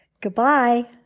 Goodbye